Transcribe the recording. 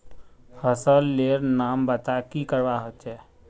फसल लेर नाम बता की करवा होचे?